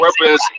weapons